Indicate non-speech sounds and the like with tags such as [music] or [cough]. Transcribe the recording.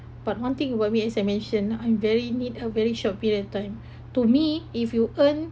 but one thing for me as I mentioned I'm very need a very short period of time [breath] to me if you earn